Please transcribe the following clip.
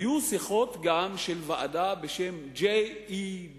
היו שיחות גם של ועדה בשם JEDG,